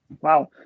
Wow